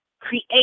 create